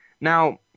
Now